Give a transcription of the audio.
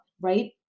right